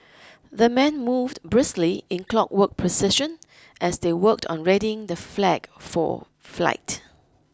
the men moved briskly in clockwork precision as they worked on readying the flag for flight